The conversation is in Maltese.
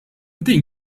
din